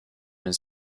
his